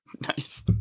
Nice